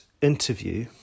interview